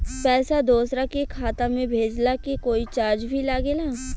पैसा दोसरा के खाता मे भेजला के कोई चार्ज भी लागेला?